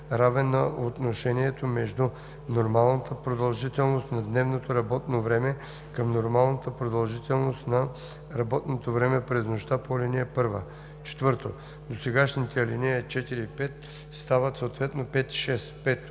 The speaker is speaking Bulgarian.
равен на отношението между нормалната продължителност на дневното работно време към нормалната продължителност на работното време през нощта по ал. 1.“ 4. Досегашните ал. 4 и 5 стават съответно ал. 5 и 6. 5.